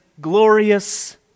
glorious